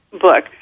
book